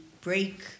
break